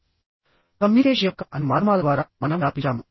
communication యొక్క అన్ని మాధ్యమాల ద్వారా మనం వ్యాపించాము